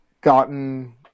gotten